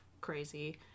crazy